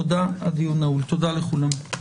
תודה לכולם.